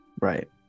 Right